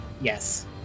Yes